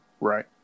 Right